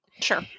Sure